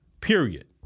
period